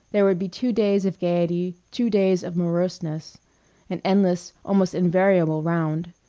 there would be two days of gaiety, two days of moroseness an endless, almost invariable round.